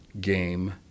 game